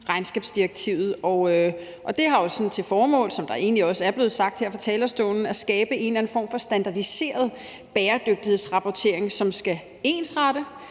regnskabsdirektivet, og det har til formål, som det egentlig også er blevet sagt her fra talerstolen, at skabe en eller anden form for standardiseret bæredygtighedsrapportering, som skal ensrette